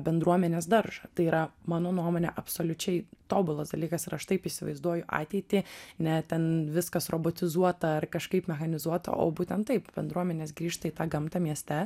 bendruomenės daržą tai yra mano nuomone absoliučiai tobulas dalykas ir aš taip įsivaizduoju ateitį ne ten viskas robotizuota ar kažkaip mechanizuota o būtent taip bendruomenės grįžta į tą gamtą mieste